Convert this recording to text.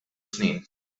snin